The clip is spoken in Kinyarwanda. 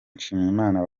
nshimiyimana